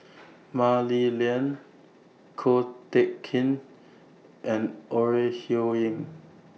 Mah Li Lian Ko Teck Kin and Ore Huiying